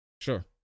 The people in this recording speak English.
Sure